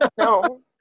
no